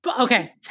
Okay